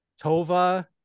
Tova